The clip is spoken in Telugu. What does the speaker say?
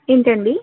ఏంటండి